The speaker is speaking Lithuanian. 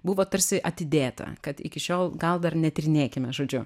buvo tarsi atidėta kad iki šiol gal dar netyrinėkime žodžiu